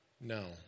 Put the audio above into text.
no